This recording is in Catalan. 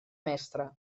mestra